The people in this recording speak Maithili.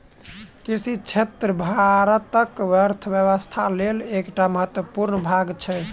कृषि क्षेत्र भारतक अर्थव्यवस्थाक लेल एकटा महत्वपूर्ण भाग छै